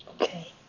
Okay